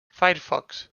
firefox